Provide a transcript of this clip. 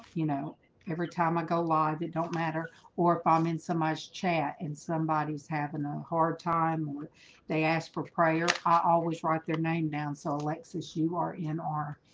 you know every time i go lie, they don't matter or if i'm um in so much chat and somebody's having a hard time they ask for prayer. i always write their name down. so alexis you are in our